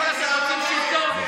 בסך הכול אתם רוצים שלטון.